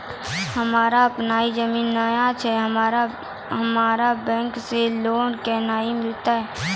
हमरा आपनौ जमीन नैय छै हमरा बैंक से लोन केना मिलतै?